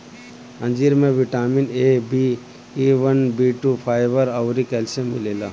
अंजीर में vitamin A, B one, B two, fibre अउरी कैल्शियम मिलेला